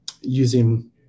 using